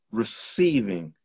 receiving